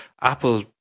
Apple